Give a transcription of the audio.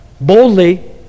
boldly